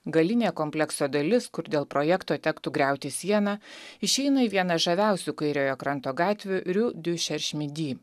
galinė komplekso dalis kur dėl projekto tektų griauti sieną išeina į vieną žaviausių kairiojo kranto gatvių rue du cherchemidi